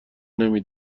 نمی